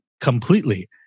completely